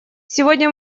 сегодня